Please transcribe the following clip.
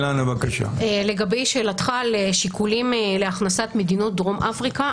לגבי שאלתך לשיקולים להכנסת מדינות דרום אפריקה,